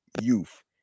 Youth